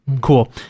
cool